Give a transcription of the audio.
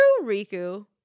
Riku